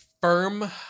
firm